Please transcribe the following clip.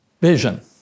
vision